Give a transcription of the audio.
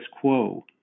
quo